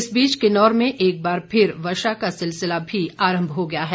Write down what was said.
इस बीच किन्नौर में एक बार फिर वर्षा का सिलसिला भी आरम्भ हो गया है